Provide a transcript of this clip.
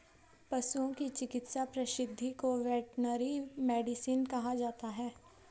पशुओं की चिकित्सा पद्धति को वेटरनरी मेडिसिन कहा जाता है